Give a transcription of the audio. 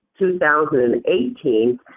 2018